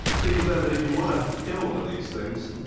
seems, then, that if you want to kill one of these things,